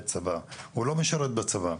צבא, הוא לא משרת בצבא,